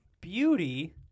Beauty